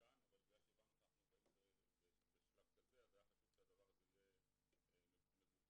אבל בגלל שהבנו שאנחנו בשלב כזה אז היה חשוב שזה יהיה מגובה.